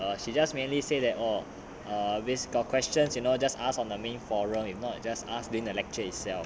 err she just mainly say that oh err got questions you know just asked on the main forum if not just ask during the lecture itself